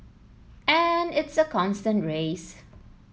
and it's a constant race